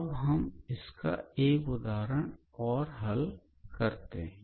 अब हम एक और उदाहरण हल करते हैं